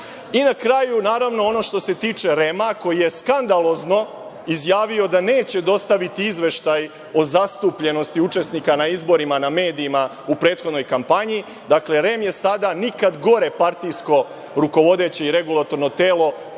kraju, naravno, ono što se tiče REM-a, koji je skandalozno izjavio da neće dostaviti izveštaj o zastupljenosti učesnika na izborima na medijima u prethodnoj kampanji. Dakle, REM je sada nikad gore partijsko rukovodeće i regulatorno telo.